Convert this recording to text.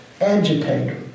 agitator